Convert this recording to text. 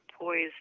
poised